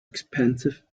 expensive